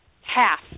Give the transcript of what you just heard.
half